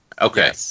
Okay